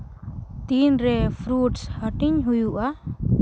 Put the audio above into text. ᱛᱤᱱᱨᱮ ᱯᱷᱨᱩᱴᱥ ᱦᱟᱹᱴᱤᱧ ᱦᱩᱭᱩᱜᱼᱟ